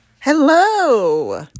Hello